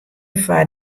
foar